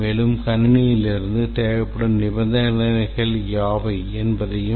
மேலும் கணினியிலிருந்து தேவைப்படும் நிபந்தனைகள் யாவை என்பதையும்